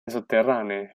sotterranee